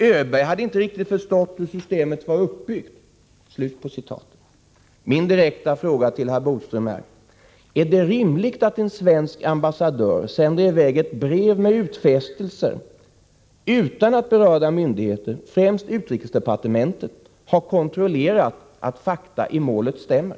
——— Öberg hade inte riktigt förstått hur systemet var uppbyggt.” Min direkta fråga till herr Bodström är: Är det rimligt att en svensk ambassadör sänder i väg ett brev med utfästelser utan att berörda myndigheter, främst utrikesdepartementet, har kontrollerat att fakta i målet stämmer?